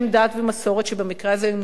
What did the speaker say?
שבמקרה הזה מומצאת לחלוטין,